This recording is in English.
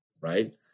right